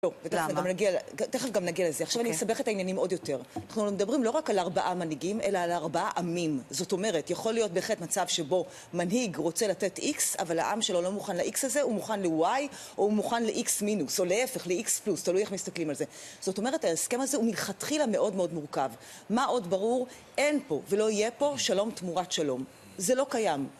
לא, ותכף גם נגיע לזה. עכשיו אני אסבך את העניינים עוד יותר. אנחנו מדברים לא רק על ארבעה מנהיגים, אלא על ארבעה עמים. זאת אומרת, יכול להיות בהחלט מצב שבו מנהיג רוצה לתת X, אבל העם שלו לא מוכן ל-X הזה, הוא מוכן ל-Y, או הוא מוכן ל-X מינוס, או להיפך ל-X פלוס, תלוי איך מסתכלים על זה. זאת אומרת, ההסכם הזה הוא מלכתחילה מאוד מאוד מורכב. מה עוד ברור? אין פה ולא יהיה פה שלום תמורת שלום. זה לא קיים.